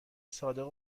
صادق